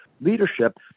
leadership